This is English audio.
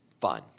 fun